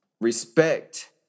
respect